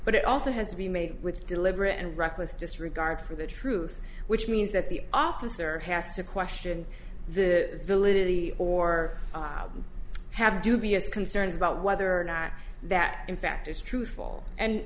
but it also has to be made with deliberate and reckless disregard for the truth which means that the officer has to question the validity or have dubious concerns about whether or not that in fact is truthful and